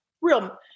real